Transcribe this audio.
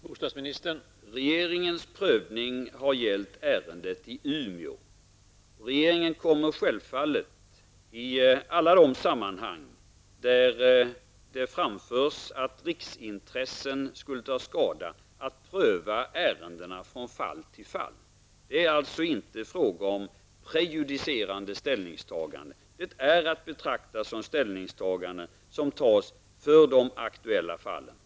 Herr talman! Regeringens prövning har gällt ärendet i Umeå. Regeringen kommer självfallet i alla de sammanhang där det anförs att riksintressen skulle ta skada att pröva ärendena från fall till fall. Det är alltså inte fråga om prejudicerande ställningstaganden, utan de är att betrakta som ställningstaganden i de aktuella fallen.